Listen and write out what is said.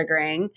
triggering